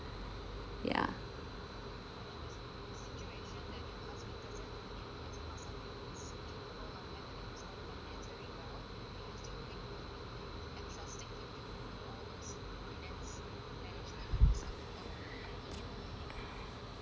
ya